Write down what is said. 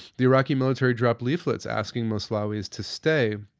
the iraqi military drop leaflets asking moslawis to stay.